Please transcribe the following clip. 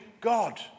God